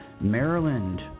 Maryland